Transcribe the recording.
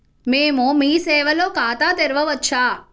మేము మీ సేవలో ఖాతా తెరవవచ్చా?